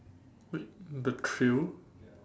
wait the thrill